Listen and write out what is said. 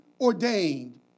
ordained